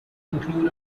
include